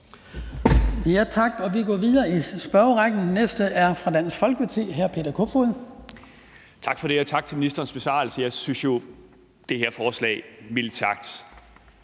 Tak for det, og tak for ministerens besvarelse. Jeg synes jo, at det her forslag mildt sagt